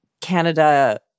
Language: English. Canada